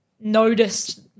noticed